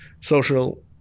social